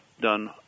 done